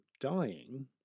dying